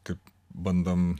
tik bandom